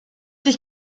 dich